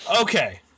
okay